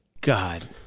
God